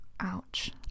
ouch